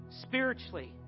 spiritually